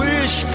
Wish